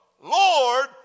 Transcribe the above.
Lord